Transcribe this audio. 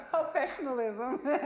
Professionalism